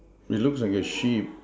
it looks like a sheep